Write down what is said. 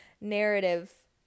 narrative